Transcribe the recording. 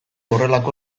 horrelako